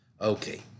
Okay